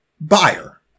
buyer